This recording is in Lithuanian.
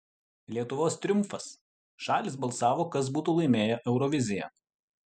lietuvos triumfas šalys balsavo kas būtų laimėję euroviziją